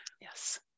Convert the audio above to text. yes